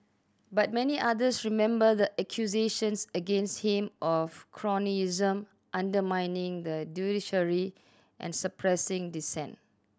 but many others remember the accusations against him of cronyism undermining the judiciary and suppressing dissent